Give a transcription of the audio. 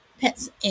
pets